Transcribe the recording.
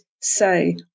say